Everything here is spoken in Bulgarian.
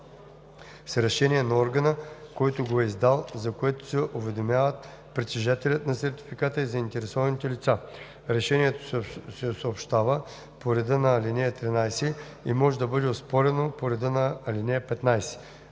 с решение на органа, който го е издал, за което се уведомяват притежателят на сертификата и заинтересованите лица. Решението се съобщава по реда на ал. 13 и може да бъде оспорено по реда на ал. 15.